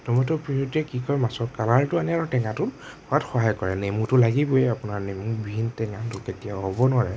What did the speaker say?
ট'মেট'ৰ পিয়ৰিটোৱে কি কৰে মাছৰ কালাৰটো আনে আৰু টেঙাটো হোৱাত সহায় কৰে নেমুতো লাগিবই আপোনাৰ নেমুবিহীন টেঙাটো কেতিয়াও হ'ব নোৱাৰে